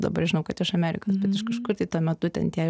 dabar žinau kad iš amerikos bet iš kažkur tai tuo metu ten tie